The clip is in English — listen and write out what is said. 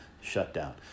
shutdown